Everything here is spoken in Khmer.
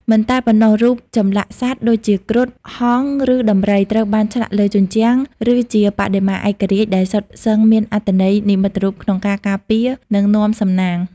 មិនតែប៉ុណ្ណោះរូបចម្លាក់សត្វ ដូចជា គ្រុឌ ហង្ស ឬដំរី ត្រូវបានឆ្លាក់លើជញ្ជាំង ឬជាបដិមាឯករាជ្យ ដែលសុទ្ធសឹងមានអត្ថន័យនិមិត្តរូបក្នុងការការពារ និងនាំសំណាង។